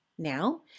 now